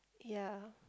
ya